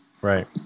Right